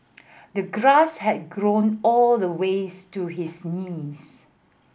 the grass had grown all the ways to his knees